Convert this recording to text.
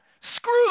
Screw